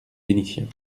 vénitiens